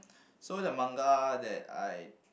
so the manga that I